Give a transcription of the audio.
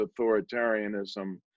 authoritarianism